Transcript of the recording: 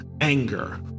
anger